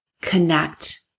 connect